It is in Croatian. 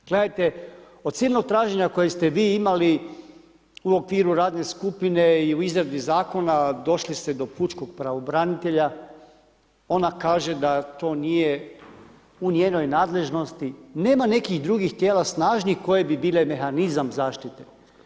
Gledajte, od silnog traženja koje ste vi imali u okviru radne skupine i u izradi zakona, došli ste do pučkog pravobranitelja, ona kaže da to nije u njenoj nadležnosti, nema nekih drugih tijela snažnih koje bi bile mehanizam zaštite.